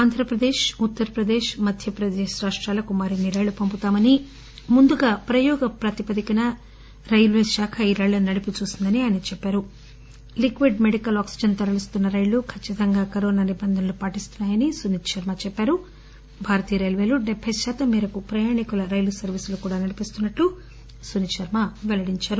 ఆంధ్రప్రదేశ్ ఉత్తర్పదేశ్ మధ్యప్రదేశ్ రాష్టాలకు మరిన్ని రైళ్లు పంపుతామని ముందుగా ప్రయోగ ప్రాతిపదికన రైల్వేలు ఈ రైళ్లు నడిపితే చూశాయని అని చెప్పారు లీక్విడ్ మెడికల్ ఆక్పిజన్ తరలీస్తున్న రైళ్లు ఖచ్చితంగా కరోనా నిబంధనలను పాటిస్తున్నాయని చెప్పారు భారతీయ రైల్వేలు డెబ్బె శాతం మేరకు ప్రయాణికుల రైలు సర్వీసులు కూడా నడిపిస్తున్నట్లు సునీత్ శర్మ పెల్లడించారు